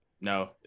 No